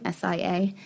SIA